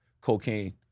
cocaine